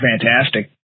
Fantastic